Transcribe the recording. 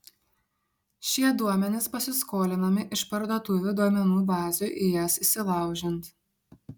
šie duomenys pasiskolinami iš parduotuvių duomenų bazių į jas įsilaužiant